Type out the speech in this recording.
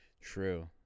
True